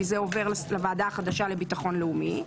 כי זה עובר לוועדה החדשה לביטחון לאומי.